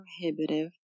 prohibitive